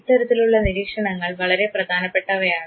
ഇത്തരത്തിലുള്ള നിരീക്ഷണങ്ങൾ വളരെ പ്രധാനപ്പെട്ടവയാണ്